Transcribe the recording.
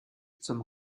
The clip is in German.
zum